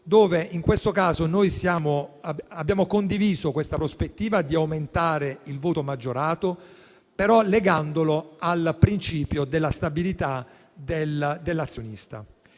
In questo caso noi abbiamo condiviso la prospettiva di aumentare il voto maggiorato, legandolo però al principio della stabilità dell'azionista.